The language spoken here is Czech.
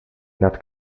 nad